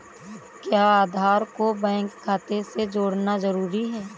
क्या आधार को बैंक खाते से जोड़ना जरूरी है?